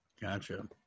Gotcha